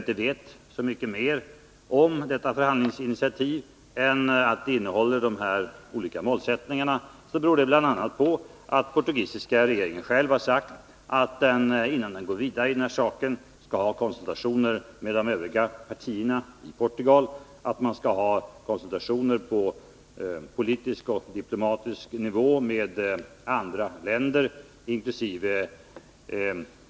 inte vet så mycket mer om detta förhandlingsinitiativ än att det innehåller de här olika målsättningarna, så beror det bl.a. på att den portugisiska regeringen själv har sagt att den, innan den går vidare i den här saken, skall ha konsultationer med de övriga partierna i Portugal och med andra länder, inkl.